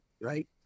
right